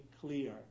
clear